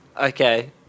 Okay